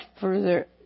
further